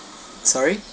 sorry